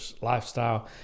lifestyle